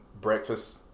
breakfast